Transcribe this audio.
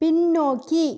பின்னோக்கி